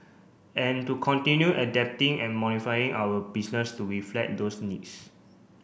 and to continue adapting and modifying our business to reflect those needs